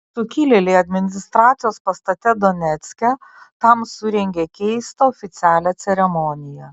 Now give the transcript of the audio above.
sukilėliai administracijos pastate donecke tam surengė keistą oficialią ceremoniją